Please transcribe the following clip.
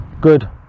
good